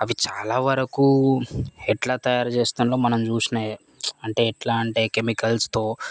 అవి చాలా వరకూ ఎట్లా తయారుచేస్తున్నాడో మనం చూసినయే అంటే ఎట్లా అంటే కెమికల్స్తో